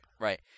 Right